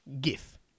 GIF